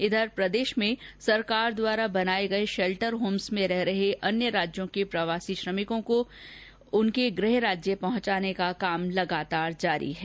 इधर प्रदेश में सरकार द्वारा बनाये गये शेल्टर होम में रह रहे अन्य राज्यों के प्रवासी श्रमिकों को उनके गृह राज्य पहुंचाने का काम लगातार जारी है